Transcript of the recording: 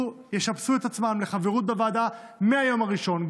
את עצמם לחברות בוועדה מהיום הראשון,